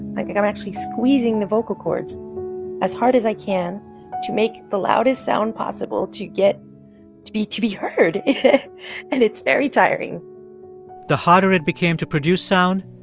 i'm actually squeezing the vocal cords as hard as i can to make the loudest sound possible to get to be to be heard. and it's very tiring the harder it became to produce sound,